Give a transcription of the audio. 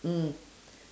mm